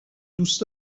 دوست